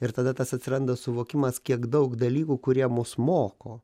ir tada tas atsiranda suvokimas kiek daug dalykų kurie mus moko